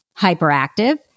hyperactive